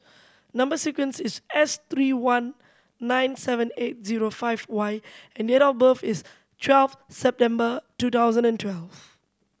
number sequence is S three one nine seven eight zero five Y and date of birth is twelve September two thousand and twelve